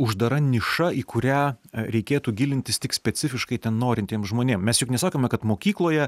uždara niša į kurią reikėtų gilintis tik specifiškai ten norintiem žmonėm mes juk nesakome kad mokykloje